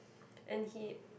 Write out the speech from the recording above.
and he